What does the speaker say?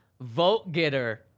vote-getter